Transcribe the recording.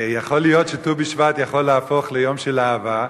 יכול להיות שט"ו בשבט יכול להפוך ליום של אהבה.